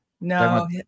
No